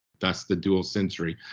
that's the dual sensory.